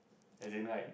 isn't right